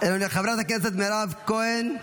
חברת הכנסת מירב כהן,